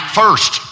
first